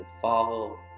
follow